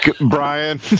Brian